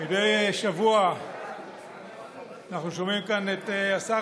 מדי שבוע אנחנו שומעים כאן את השר